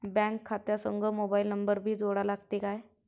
Bank खात्या संग mobile number भी जोडा लागते काय?